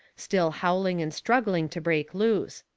still howling and struggling to break loose.